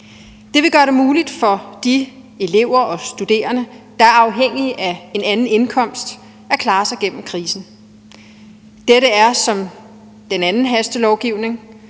Det vil gøre det muligt for de elever og studerende, der er afhængige af en anden indkomst, at klare sig igennem krisen. Dette er, ligesom den anden hastelovgivning,